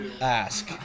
ask